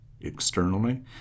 externally